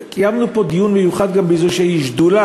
קיימנו פה דיון מיוחד גם באיזו שדולה